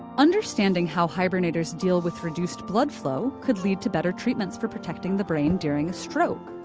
understanding how hibernators deal with reduced blood flow could lead to better treatments for protecting the brain during a stroke.